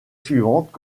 suivantes